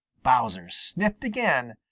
bowser sniffed again,